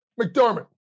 McDermott